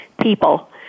People